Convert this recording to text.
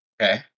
okay